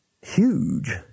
huge